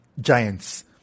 Giants